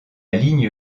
ligne